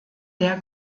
der